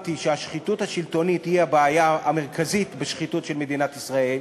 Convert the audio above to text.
שהבהרתי שהשחיתות השלטונית היא הבעיה המרכזית בשחיתות במדינת ישראל,